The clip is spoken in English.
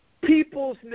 people's